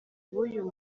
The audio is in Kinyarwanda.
b’uyu